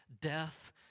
death